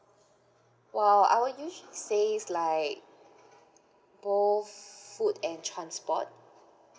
!wow! I will usually say is like both food and transport